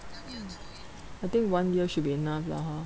I think one year should be enough lah hor